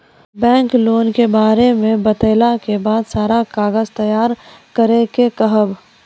Bank loan के बारे मे बतेला के बाद सारा कागज तैयार करे के कहब?